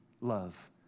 love